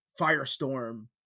firestorm